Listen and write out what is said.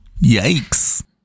Yikes